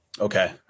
Okay